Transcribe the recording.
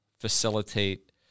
facilitate